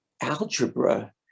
algebra